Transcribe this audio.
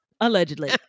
Allegedly